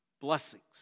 blessings